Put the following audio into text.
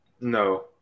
No